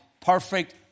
Perfect